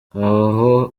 aho